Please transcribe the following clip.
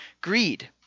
greed